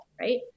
right